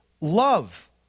love